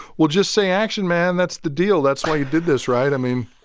well, just say action, man. that's the deal. that's why you did this, right? i mean.